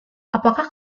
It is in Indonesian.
apakah